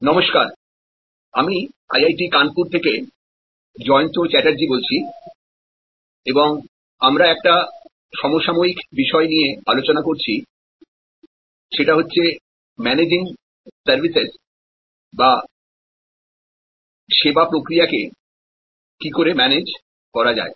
নমস্কার আমি আইআইটি কানপুর থেকে জয়ন্ত চ্যাটার্জি বলছি এবং আমরা একটা সমসাময়িক বিষয় নিয়ে আলোচনা করছি সেটা হচ্ছে ম্যানেজিং সার্ভিসেস বা পরিষেবা প্রক্রিয়া কে কি করে ম্যানেজ করা যায়